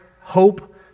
hope